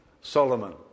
Solomon